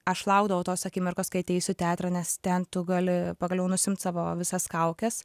aš laukdavau tos akimirkos kai ateisiu į teatrą nes ten tu gali pagaliau nusiimt savo visas kaukes